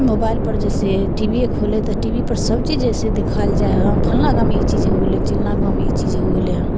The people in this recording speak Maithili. मोबाइल पर जैसे टीभीए खोलै तऽ टी वी पर सब चीज जैसे देखायल जाइ हइ हँ फल्लाँ गाँवमे ई चीज हो गेलै चिल्लाँ गाँवमे ई चीज हो गेलै हन